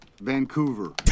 Vancouver